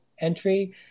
entry